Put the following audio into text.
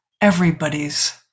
everybody's